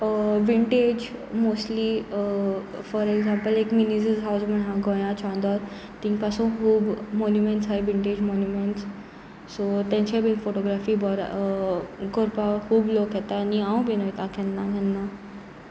vintage mostly for example एक मिनीजीज हावज म्हण आसा गोंया चांदर तेंकासो खूब मोन्युमेंट्स आसाय विंटेज मोन्युमेंट्स सो तेंचे बीन फोटोग्राफी बरे करपा खूब लोक येता आनी हांव बीन वोयता केन्ना केन्ना